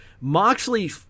Moxley